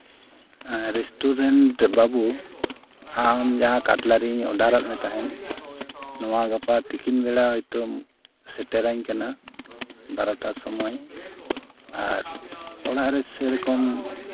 ᱦᱮᱸ ᱨᱮᱥᱴᱩᱨᱮᱱᱴ ᱵᱟᱹᱵᱩ ᱟᱢ ᱡᱟᱦᱟᱸ ᱠᱟᱴᱞᱟᱨᱤ ᱚᱰᱟᱨᱟᱜ ᱢᱮ ᱛᱟᱦᱮᱸᱜ ᱱᱚᱣᱟ ᱜᱟᱯᱟ ᱛᱤᱠᱤᱱ ᱵᱮᱲᱟ ᱦᱚᱭᱛᱳᱢ ᱥᱮᱴᱮᱨᱟᱹᱧ ᱠᱟᱱᱟ ᱵᱟᱨᱚᱴᱟ ᱥᱚᱢᱚᱭ ᱟᱨ ᱚᱲᱟᱜ ᱨᱮ ᱥᱮᱨᱚᱠᱚᱢ